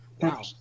Wow